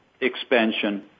expansion